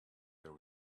there